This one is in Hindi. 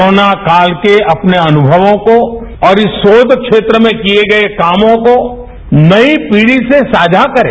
कोरोना काल के अपने अनुभवों को और इस शोष क्षेत्र में किए गए कामों को नई पीढी से साझा करें